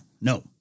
No